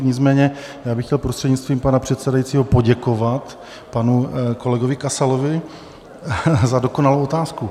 Nicméně bych chtěl, prostřednictvím pana předsedajícího, poděkovat panu kolegovi Kasalovi za dokonalou otázku.